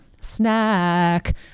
snack